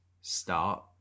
start